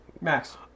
Max